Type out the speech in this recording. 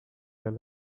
tell